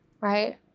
right